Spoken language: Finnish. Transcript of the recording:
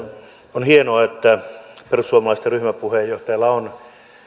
on hienoa että perussuomalaisten ryhmäpuheenjohtajalla on